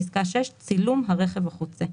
(6)צילום הרכב החוצה.